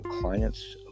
clients